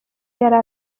yari